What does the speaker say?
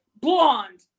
blonde